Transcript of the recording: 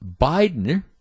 Biden